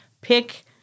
pick